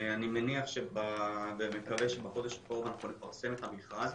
אני מניח ומקווה שבחודש הקרוב אנחנו נפרסם את המכרז,